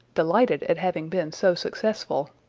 delighted at having been so successful.